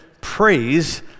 Praise